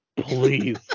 Please